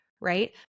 right